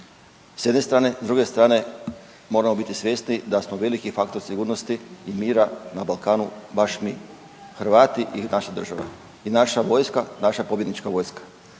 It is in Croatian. s jedne strane, s druge strane moramo biti svjesni da smo veliki faktor sigurnosti i mira na Balkanu baš mi Hrvati i naša država i naša vojska, naša pobjednička vojska.